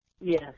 Yes